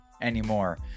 anymore